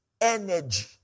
energy